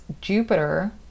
Jupiter